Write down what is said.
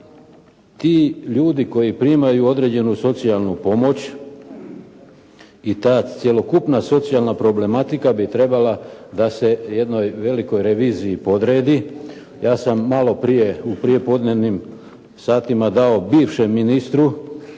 Ti ljudi koji primaju određenu socijalnu pomoć i ta cjelokupna socijalna problematika bi trebala da se jednoj velikoj reviziji podredi. Ja sam malo prije u prijepodnevnim satima dao bivšem ministru,